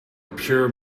pure